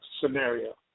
scenario